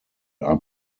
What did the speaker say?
are